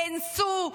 נאנסו,